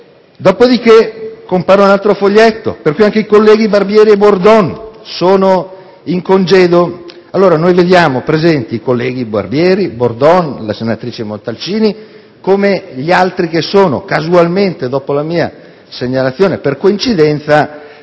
Dopodiché, compare un altro foglietto per cui anche i colleghi Barbieri e Bordon risultano in congedo. Ma noi vediamo oggi qui presenti i colleghi Barbieri e Bordon, come anche la senatrice Montalcini e gli altri che si sono, casualmente dopo la mia segnalazione, per coincidenza,